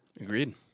agreed